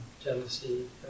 jealousy